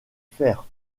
faire